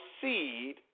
seed